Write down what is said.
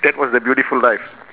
that was the beautiful life